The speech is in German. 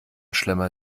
schlemmer